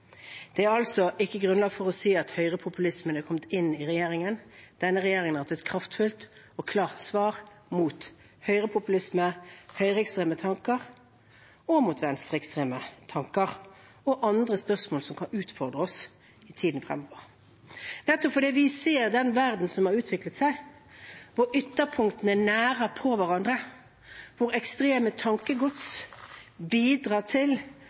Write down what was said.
Det er altså ikke grunnlag for å si at høyrepopulismen har kommet inn i regjeringen. Denne regjeringen har hatt et kraftfullt og klart svar mot høyrepopulisme, mot høyreekstreme tanker og mot venstreekstreme tanker og andre spørsmål som kan utfordre oss i tiden fremover. Det er nettopp fordi vi ser den verdenen som har utviklet seg, hvor ytterpunktene nærer hverandre, hvor ekstreme tankegods bidrar til